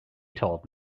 told